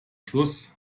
schluss